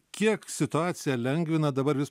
kiek situaciją lengvina dabar vis